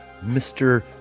Mr